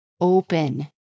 open